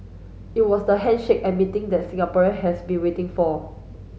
it was the handshake and meeting that Singaporean has been waiting for